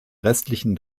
restlichen